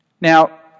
Now